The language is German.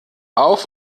auf